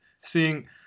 seeing